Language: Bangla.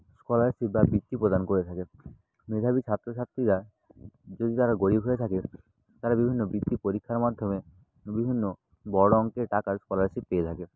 স্কলারশিপ বা বৃত্তি প্রদান করে থাকে মেধাবী ছাত্র ছাত্রীরা যদি তারা গরিব হয়ে থাকে তারা বিভিন্ন বৃত্তি পরীক্ষার মাধ্যমে বিভিন্ন বড় অঙ্কের টাকার স্কলারশিপ পেয়ে থাকে